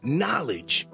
knowledge